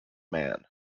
man